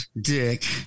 Dick